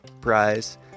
Prize